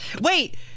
Wait